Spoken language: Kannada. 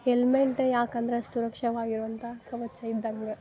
ಹೆಲ್ಮೆಟ್ ಯಾಕೆ ಅಂದ್ರೆ ಸುರಕ್ಷವಾಗಿರುವಂಥ ಕವಚ ಇದ್ದಂಗ